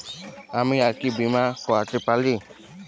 আমি আর কি বীমা করাতে পারি?